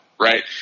right